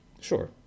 Sure